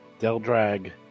Deldrag